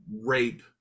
rape